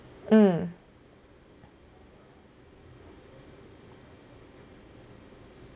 mm